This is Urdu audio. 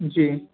جی